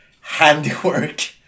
handiwork